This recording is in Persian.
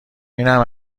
اینم